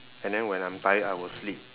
and then when I'm tired I will sleep